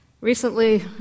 Recently